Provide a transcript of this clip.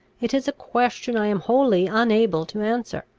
it is a question i am wholly unable to answer.